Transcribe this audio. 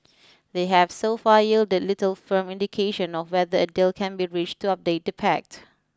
they have so far yielded little firm indication of whether a deal can be reached to update the pact